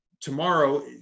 tomorrow